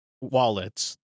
wallets